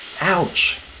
Ouch